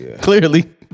Clearly